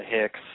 Hicks